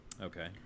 Okay